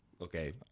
Okay